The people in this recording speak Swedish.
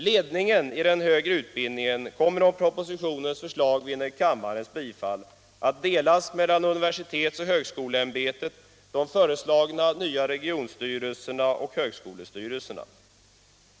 Ledningen av den högre utbildningen kommer om propositionens förslag vinner kammarens bifall att delas mellan universitets och högskoleämbetet, de föreslagna nya regionstyrelserna och högskolestyrelserna.